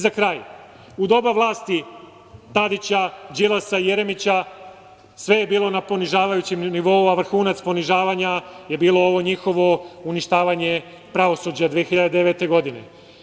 Za kraj, u doba vlasti Tadića, Đilasa, Jeremića, sve je bilo na ponižavajućem nivou, a vrhunac ponižavanja je bilo ovo njihovo uništavanje pravosuđa 2009. godine.